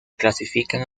clasifican